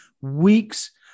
weeks